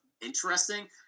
interesting